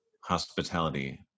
hospitality